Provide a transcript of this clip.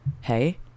Hey